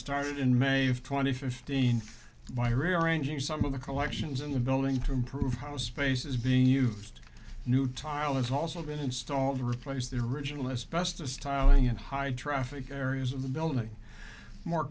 started in may of twenty fifteenth by rearranging some of the collections in the building to improve how space is being used new tile has also been installed to replace the original as best as tile and high traffic areas of the building more